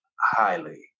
highly